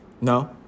No